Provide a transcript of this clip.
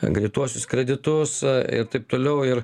greituosius kreditus ir taip toliau ir